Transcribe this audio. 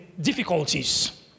Difficulties